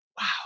wow